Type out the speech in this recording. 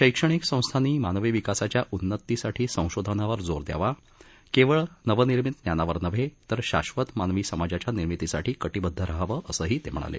शैक्षणिक संस्थांनी मानवी विकासाच्या उन्नती साठी संशोधनावर जोर द्यावा केवळ नवनिर्मित ज्ञानावर नव्हे तर शाश्वत मानवी समाजाच्या निर्मितीसाठी कटीबद्ध रहावं असंही ते म्हणाले